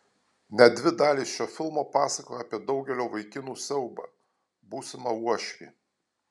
net dvi dalys šio filmo pasakoja apie daugelio vaikinų siaubą būsimą uošvį